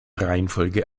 reihenfolge